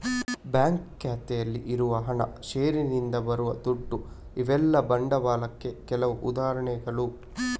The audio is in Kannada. ಬ್ಯಾಂಕ್ ಖಾತೆಯಲ್ಲಿ ಇರುವ ಹಣ, ಷೇರಿನಿಂದ ಬರುವ ದುಡ್ಡು ಇವೆಲ್ಲ ಬಂಡವಾಳಕ್ಕೆ ಕೆಲವು ಉದಾಹರಣೆಗಳು